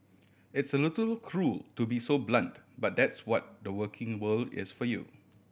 it's a little cruel to be so blunt but that's what the working world is for you